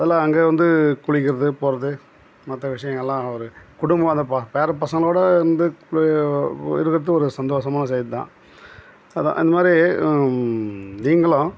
எல்லாம் அங்கே வந்து குளிக்கிறது போகிறது மத்த விஷயங்கள்லாம் ஒரு குடும்பமாதான் பா பேர பசங்களோட வந்து இருக்கிறது ஒரு சந்தோஷமா விஷயம்தான் அதான் இந்தமாதிரி நீங்களும்